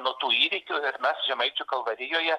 nuo tų įvykių ir mes žemaičių kalvarijoje